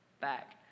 back